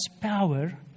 power